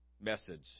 message